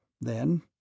Then